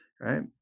right